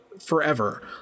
forever